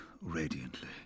Radiantly